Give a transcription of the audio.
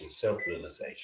self-realization